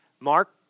Mark